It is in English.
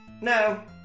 No